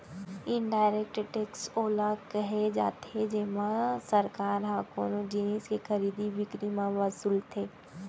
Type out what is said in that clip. indirect tax ओला केहे जाथे जेमा सरकार ह कोनो जिनिस के खरीदी बिकरी म वसूलथे